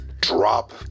drop